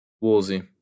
Woolsey